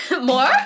More